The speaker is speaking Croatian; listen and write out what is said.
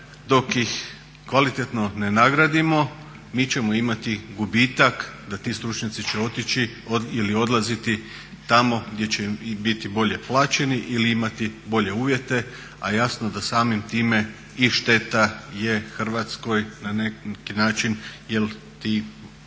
dok ih kvalitetno ne nagradimo mi ćemo imati gubitak da će ti stručnjaci otići ili odlaziti tamo gdje će biti bolje plaćeni ili imati bolje uvjete, a jasno da samim time i šteta je Hrvatskoj na neki način jel ti